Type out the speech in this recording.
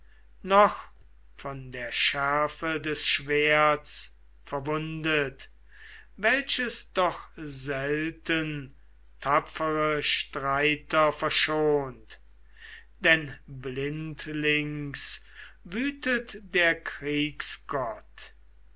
noch von der schärfe des schwerts verwundet welches doch selten tapfere streiter verschont denn blindlings wütet der